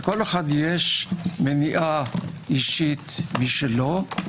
לכל אחד יש מניעה אישית משלו.